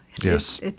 Yes